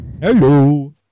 Hello